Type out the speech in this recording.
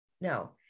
no